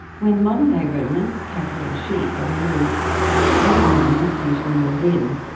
when modern day ruminants, cattle and sheep, are removed other ruminants usually move in.